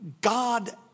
God